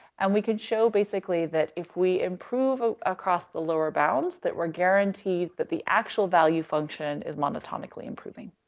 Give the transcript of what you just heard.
and we can show basically that if we improve ah across the lower bounds, that we're guaranteed that the actual value function is monotonically improving.